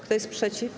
Kto jest przeciw?